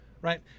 Right